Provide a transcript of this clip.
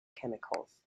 chemicals